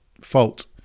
fault